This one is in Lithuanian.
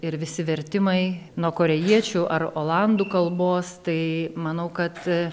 ir visi vertimai nuo korėjiečių ar olandų kalbos tai manau kad